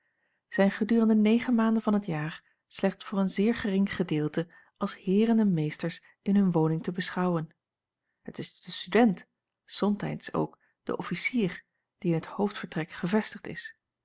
zijn gedurende negen maanden van het jaar slechts voor een zeer gering gedeelte als heeren en meesters in hun woning te beschouwen het is de student somtijds ook de officier die jacob van ennep laasje evenster in het hoofdvertrek gevestigd is